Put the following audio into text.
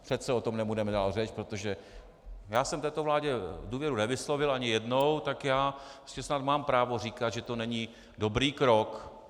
Přece o tom nebudeme dále mluvit, protože já jsem této vládě důvěru nevyslovil ani jednou, tak já snad mám právo říkat, že to není dobrý krok.